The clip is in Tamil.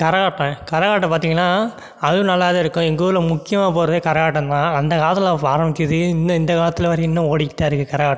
கரகாட்டம் கரகாட்டம் பார்த்தீங்கன்னா அதுவும் நல்லா தான் இருக்கும் எங்கள் ஊரில் முக்கியமாக போடுறதே கரகாட்டம் தான் அந்தக் காலத்தில் அப்போ ஆரம்மிச்சது இன்னும் இந்தக் காலத்தில் வரையும் இன்னும் ஓடிட்டு தான் இருக்குது கரகாட்டம்